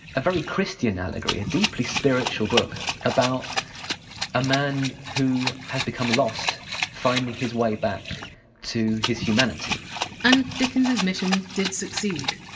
a very christian allegory, a deep spiritual book about a man who has become lost finding his way back to his humanity and dickens's mission did succeed.